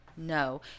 No